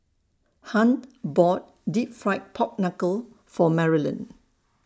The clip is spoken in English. Hunt bought Deep Fried Pork Knuckle For Marylin